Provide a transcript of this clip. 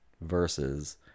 versus